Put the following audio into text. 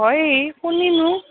হয় কুনি নো